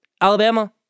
Alabama